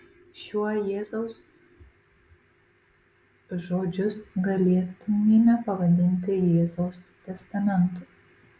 šiuo jėzaus žodžius galėtumėme pavadinti jėzaus testamentu